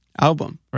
album